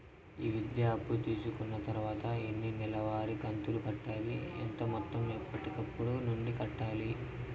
ఈ విద్యా అప్పు తీసుకున్న తర్వాత ఎన్ని నెలవారి కంతులు కట్టాలి? ఎంత మొత్తం ఎప్పటికప్పుడు నుండి కట్టాలి?